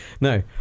no